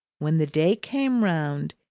when the day came round,